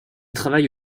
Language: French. travaille